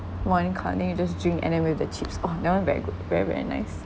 one can and then you just drink and then with the chips oh that one very good very very nice